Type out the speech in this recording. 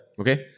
Okay